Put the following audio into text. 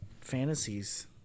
fantasies